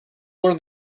learn